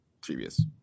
previous